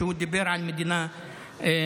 הוא דיבר על מדינה פלסטינית.